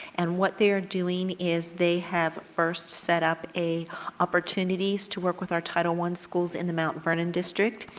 and what they are doing is, they have first set up a opportunity to work with our title one schools in the mount vernon district.